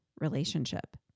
relationship